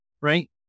right